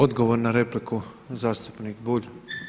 Odgovor na repliku zastupnik Bulj.